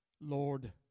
Lord